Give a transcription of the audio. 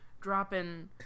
dropping